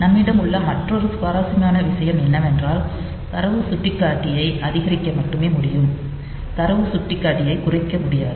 நம்மிடம் உள்ள மற்றொரு சுவாரஸ்யமான விஷயம் என்னவென்றால் தரவு சுட்டிக்காட்டி ஐ அதிகரிக்க மட்டுமே முடியும் தரவு சுட்டிக்காட்டி ஐ குறைக்க முடியாது